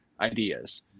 ideas